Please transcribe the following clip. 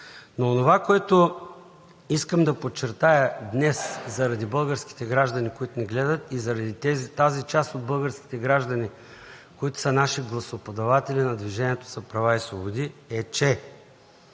Но онова, което искам да подчертая днес заради българските граждани, които ни гледат, и заради тази част от българските граждани, които са наши гласоподаватели – на „Движението за права и свободи“, е, че